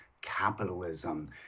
capitalism